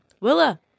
Willa